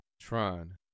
Tron